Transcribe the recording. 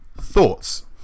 Thoughts